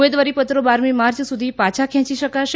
ઉમેદવારીપત્રો બારમી માર્ચ સુધી પાછા ખેંચી શકાશે